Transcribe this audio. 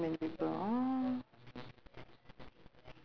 different ah ah ah yes differently a'ah